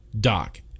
Doc